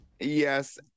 yes